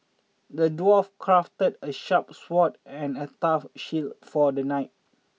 the dwarf crafted a sharp sword and a tough shield for the knight